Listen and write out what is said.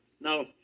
Now